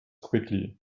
quickly